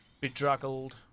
bedraggled